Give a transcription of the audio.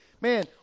man